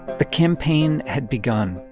the campaign had begun.